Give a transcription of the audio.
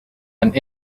and